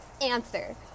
answer